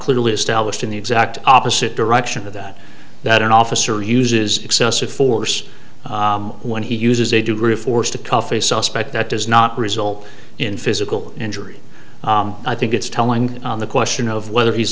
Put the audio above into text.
clearly established in the exact opposite direction of that that an officer uses excessive force when he uses a degree of force to tough a suspect that does not result in physical injury i think it's telling on the question of whether he's